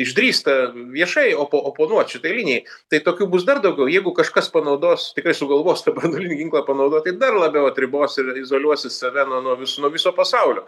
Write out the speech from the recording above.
išdrįsta viešai opo oponuot šitai linijai tai tokių bus dar daugiau jeigu kažkas panaudos tikrai sugalvos tą branduolinį ginklą panaudot tai dar labiau apribos ir izoliuosis save nuo nuo vis nuo viso pasaulio